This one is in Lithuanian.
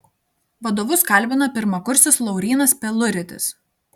vadovus kalbina pirmakursis laurynas peluritis